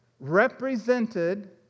represented